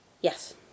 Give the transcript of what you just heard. Yes